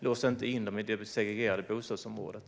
Lås inte in dem i det segregerade bostadsområdet!